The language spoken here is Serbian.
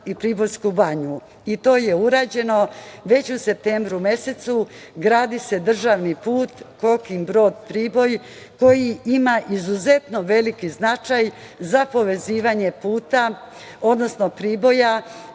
i Pribojsku Banju i to je urađeno već u septembru mesecu, a gradi se državni put Kokin Brod – Priboj, koji ima izuzetno veliki značaj za povezivanje puta, odnosno Priboja